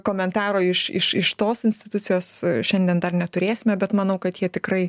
komentaro iš iš iš tos institucijos šiandien dar neturėsime bet manau kad jie tikrai